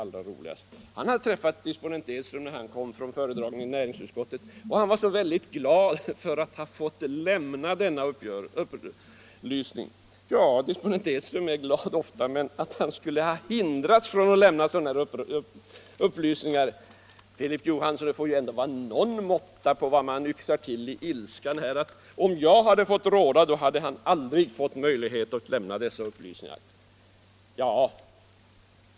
Herr Johansson hade träffat disponent Edström när han kom från föredragningen i näringsutskottet, och han var så glad för att ha fått lämna denna upplysning. Ja, disponent Edström är ofta glad, men att han skulle ha hindrats från att lämna sådana här upplysningar! Det får ju ändå, herr Filip Johansson, vara någon måtta på vad man yxar till i ilskan. Herr Johansson menar att om jag fått råda, hade Edström aldrig fått möjlighet att lämna dessa upplysningar.